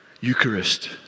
Eucharist